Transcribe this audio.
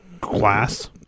glass